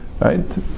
right